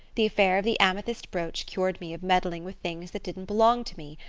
the affair of the amethyst brooch cured me of meddling with things that didn't belong to me.